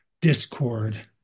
discord